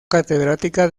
catedrática